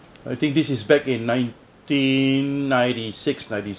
I think this is back in nineteen ninety six ninety